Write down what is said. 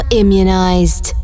immunized